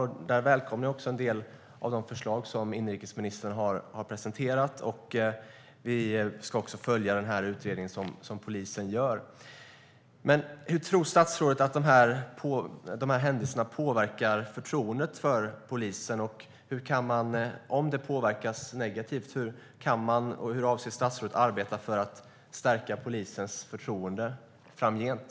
Jag välkomnar en del av de förslag som inrikesministern har presenterat, och vi ska också följa den här utredningen som polisen gör. Hur tror statsrådet att de här händelserna påverkar förtroendet för polisen? Om det påverkas negativt, hur avser statsrådet att arbeta för att stärka polisens förtroende framgent?